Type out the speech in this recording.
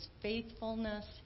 faithfulness